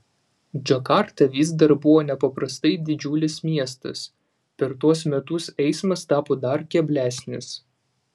džakarta vis dar buvo nepaprastai didžiulis miestas per tuos metus eismas tapo dar keblesnis